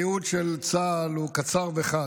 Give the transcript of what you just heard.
הייעוד של צה"ל הוא קצר וחד: